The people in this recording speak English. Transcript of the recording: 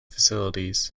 facilities